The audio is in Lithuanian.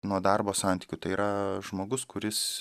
nuo darbo santykių tai yra žmogus kuris